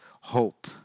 hope